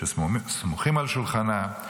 שסמוכים על שולחנה.